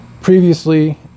previously